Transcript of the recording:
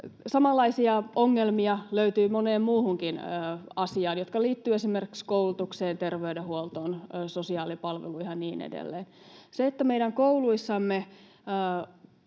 Samanlaisia ongelmia löytyy moneen muuhunkin asiaan, jotka liittyvät esimerkiksi koulutukseen, terveydenhuoltoon, sosiaalipalveluihin ja niin edelleen. Se, että meidän kouluissamme